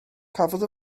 cafodd